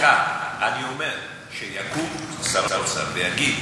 אני אתך, אני אומר שיקום שר האוצר ויגיד: